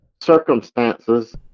circumstances